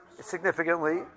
significantly